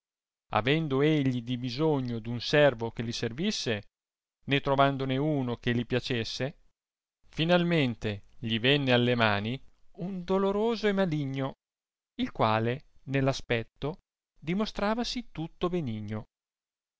avendo egli dibisogno d'un servo che li servisse né trovandone uno che li piacesse finalmente gli venne alle mani un doloroso e maligno il qual nell'aspetto dimostravasi tutto benigno